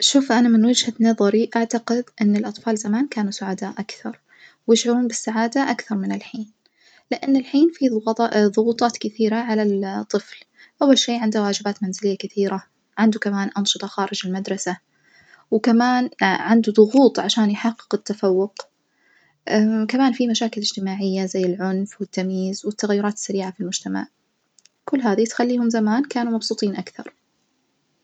شوف أنا من وجهة نظري أعتقد إن الأطفال زمان كانوا سعداء أكثر ويشعرون بالسعادة أكثر من الحين، لأن الحين في ظغطا ظغوطات كثيرة على الطفل أول شي عنده واجبات منزلية كثيرة عنده كمان أنشطة خارج المدرسة، وكمان عنده ضغوط عشان يحقق التفوق وكمان في مشاكل إجتماعية زي العنف والتمييز والتغيرات السريعة في المجمتع كل هذي تخليهم زمان كانوا مبسوطين أكثر.